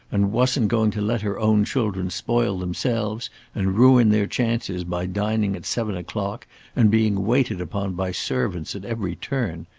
and wasn't going to let her own children spoil themselves and ruin their chances by dining at seven o'clock and being waited upon by servants at every turn.